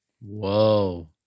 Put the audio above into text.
Whoa